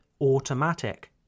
automatic